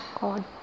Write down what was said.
god